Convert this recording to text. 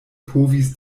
povis